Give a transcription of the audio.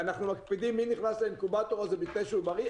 ואנחנו מקפידים מי נכנס לאינקובטור הזה בתנאי שהוא בריא,